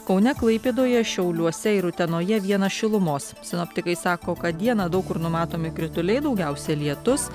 kaune klaipėdoje šiauliuose ir utenoje vienas šilumos sinoptikai sako kad dieną daug kur numatomi krituliai daugiausia lietus